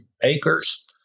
acres